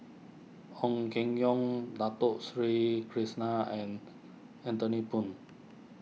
Ong Keng Yong Dato Sri Krishna and Anthony Poon